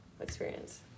experience